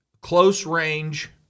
close-range